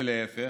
ולהפך,